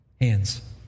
hands